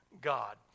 God